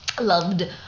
loved